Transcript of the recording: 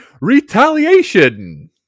Retaliation